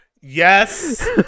yes